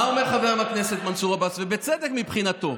מה אומר חבר הכנסת מנסור עבאס, ובצדק, מבחינתו?